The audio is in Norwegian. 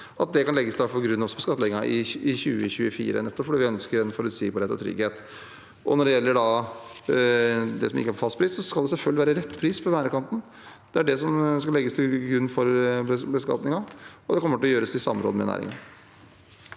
de kan legges til grunn for skattleggingen i 2024, nettopp fordi vi ønsker forutsigbarhet og trygghet. Når det gjelder det som ikke har fastpris, skal det selvfølgelig være rett pris på merdkanten. Det er det som legges til grunn for beskatningen, og det kommer til å gjøres i samråd med næringen.